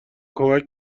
کمک